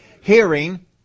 hearing